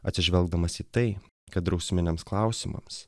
atsižvelgdamas į tai kad drausminiams klausimams